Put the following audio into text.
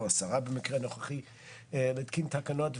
בצורה הזו נוכל לקיים את חובתנו הלאומית בצורה